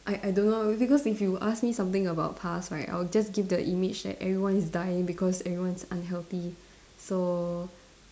I I don't know be~ because if you ask me something about past right I will just give the image that everyone is dying because everyone is unhealthy so